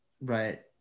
right